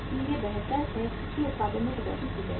इसलिए बेहतर है कि उत्पादन में कटौती की जाए